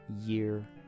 year